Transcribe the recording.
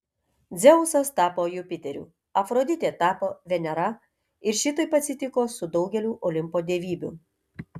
dzeusas tapo jupiteriu afroditė tapo venera ir šitaip atsitiko su daugeliu olimpo dievybių